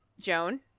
Joan